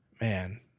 Man